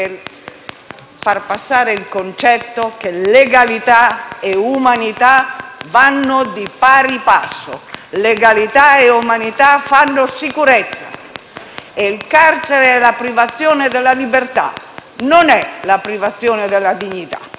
il carcere è la privazione della libertà, non è la privazione della dignità.